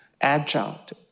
adjunct